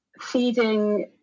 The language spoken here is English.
Feeding